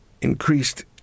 increased